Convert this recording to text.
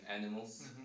animals